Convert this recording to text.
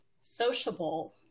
sociable